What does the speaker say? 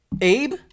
Abe